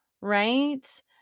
right